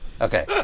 Okay